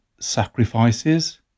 sacrifices